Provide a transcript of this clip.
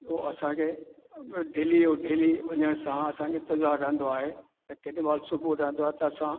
जो असांखे डेली जो डेली वञण सां असांखे सुञाणंदो आहे ऐं केॾी महिल सुबुह रहंदो आहे त असां